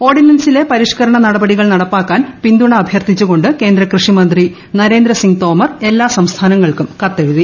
ഓർഡിനൻസിലെ പരിഷകരണ നടപടികൾ നടപ്പാക്കാൻ പിന്തുണ അഭ്യർത്ഥിച്ചു കൊണ്ട് കേന്ദ്ര കൃഷിമന്ത്രി നരേന്ദ്ര സിങ് തോമർ എല്ലാ സംസ്ഥാനങ്ങൾക്കും കത്തെഴുതി